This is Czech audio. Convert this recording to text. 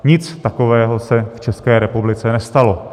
Nic takového se v České republice nestalo.